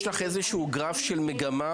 יש לך איזה גרף של מגמה